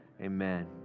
Amen